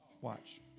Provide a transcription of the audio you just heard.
Watch